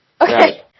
Okay